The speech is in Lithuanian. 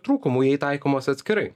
trūkumų jei taikomos atskirai